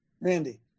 Randy